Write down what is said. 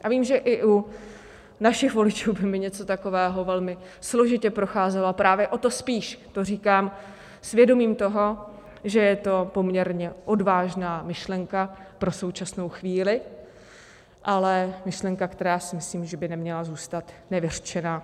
A vím, že i u našich voličů by mi něco takového velmi složitě procházelo, a právě o to spíš to říkám s vědomím toho, že je to poměrně odvážná myšlenka pro současnou chvíli, ale myšlenka, která si myslím, že by neměla zůstat nevyřčená.